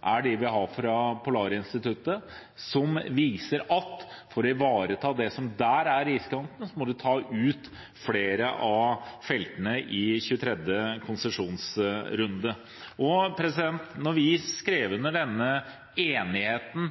er den vi har fra Polarinstituttet, som viser at for å ivareta det som er iskanten, må man ta ut flere av feltene i 23. konsesjonsrunde. Da vi skrev under på denne enigheten